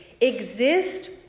exist